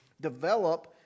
develop